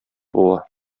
була